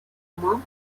зберігають